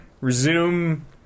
resume